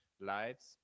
lights